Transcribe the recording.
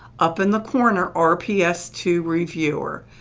up in the corner, r p s two reviewer.